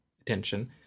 attention